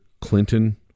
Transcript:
Clinton